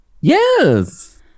Yes